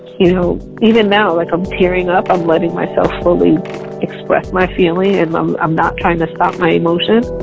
you know, even now like i'm tearing up, i'm letting myself fully express my feelings, and i'm i'm not trying to stop my emotion